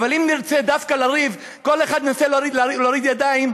אבל אם נרצה דווקא לריב וכל אחד ינסה להוריד ידיים,